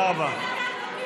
לחברת כנסת?